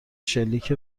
شلیک